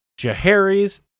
Jahari's